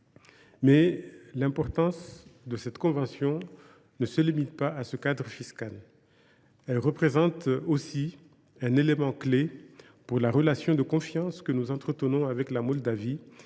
L’importance de cette convention ne se limite pas toutefois à ce cadre fiscal. Elle représente aussi un élément clé pour la relation de confiance que nous entretenons avec la Moldavie